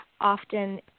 often